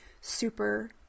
super